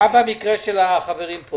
מה במקרה של החברים פה?